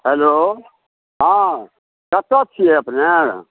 hello हँ कतऽ छिए अपनेँ